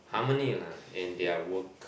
harmony lah in their work